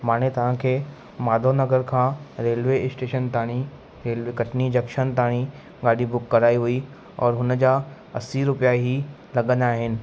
माणे तव्हांखे माधव नगर खां रेलवे स्टेशन ताणी रेलवे कटनी जंक्शन ताणी गाॾी बुक कराई हुई औरि हुन जा असीं रुपिया ई लॻंदा आहिनि